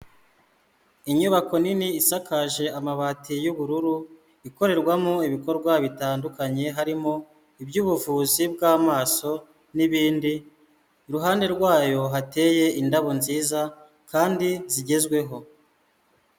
Inyubako nini isakaje amabati y'ubururu ikorerwamo ibikorwa bitandukanye harimo iby'ubuvuzi bw'amaso n'ibindi. Iruhande rwayo hateye indabo nziza kandi zigezweho.